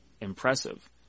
impressive